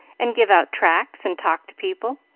and give out tracts and talk to people.